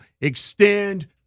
extend